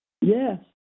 Yes